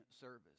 service